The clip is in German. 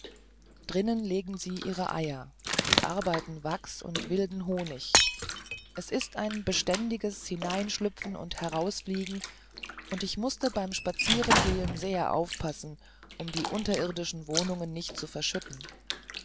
drinnen legen sie ihre eier und arbeiten wachs und wilden honig es ist ein beständiges hineinschlüpfen und herausfliegen und ich mußte beim spazierengehen sehr aufpassen um die unterirdischen wohnungen nicht zu verschütten